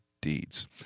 deeds